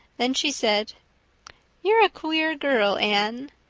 then she said you're a queer girl, anne.